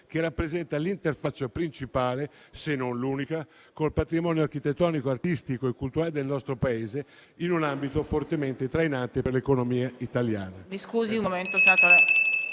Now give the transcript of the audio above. che rappresenta l'interfaccia principale, se non l'unica, col patrimonio architettonico, artistico e culturale del nostro Paese, in un ambito fortemente trainante per l'economia italiana.